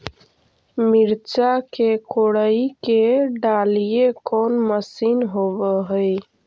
मिरचा के कोड़ई के डालीय कोन मशीन होबहय?